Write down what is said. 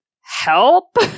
help